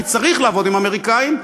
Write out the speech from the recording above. כי צריך לעבוד עם האמריקנים,